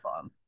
fun